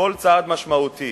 כל צעד משמעותי,